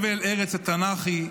חבל הארץ התנ"כי,